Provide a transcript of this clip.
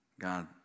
God